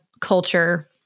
culture